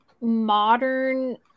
modern